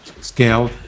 scale